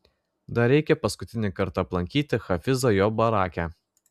dar reikia paskutinį kartą aplankyti hafizą jo barake